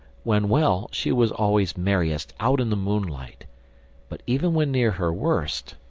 when well, she was always merriest out in the moonlight but even when near her worst,